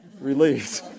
Relieved